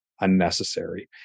unnecessary